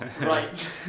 Right